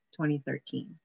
2013